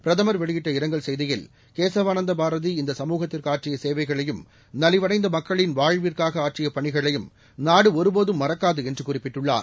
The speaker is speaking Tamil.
பிரதமர் வெளியிட்ட இரங்கல் செய்தியில் கேசவானந்த பாரதி இந்த சமூகத்திற்கு ஆற்றிய சேவைகளையும் நலிவடைந்த பணிகளையும் நாடு ஒருபோதும் மறக்காது என்று குறிப்பிட்டுள்ளார்